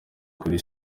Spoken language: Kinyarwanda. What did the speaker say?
kuri